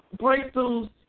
breakthroughs